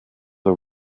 der